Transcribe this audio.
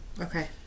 Okay